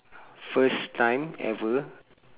first time ever